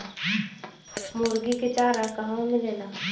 मुर्गी के चारा कहवा मिलेला?